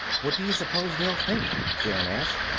what do you suppose they'll think? jan asked.